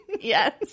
Yes